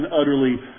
utterly